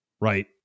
right